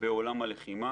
בעולם הלחימה.